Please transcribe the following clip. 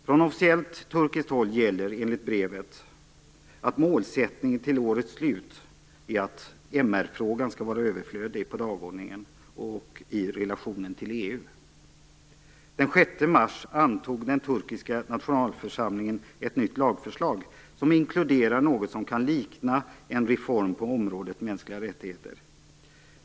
Från officiellt turkiskt håll gäller, enligt brevet, att målsättningen till årets slut är att MR-frågan skall vara överflödig på dagordningen och i relationen till EU. Den 6 mars antog den turkiska nationalförsamlingen ett nytt lagförslag som inkluderar något som kan likna en reform på området mänskliga rättigheter.